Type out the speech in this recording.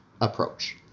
approach